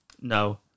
No